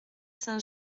saint